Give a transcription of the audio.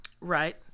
Right